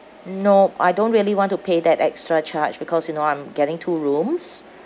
nope I don't really want to pay that extra charge because you know I'm getting two rooms